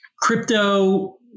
crypto